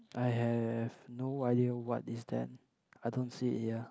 I have no idea what is that I don't see it here